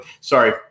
Sorry